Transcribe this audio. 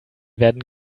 werden